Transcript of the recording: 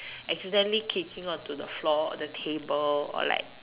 accidentally kicking onto the floor the table or like